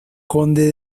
conde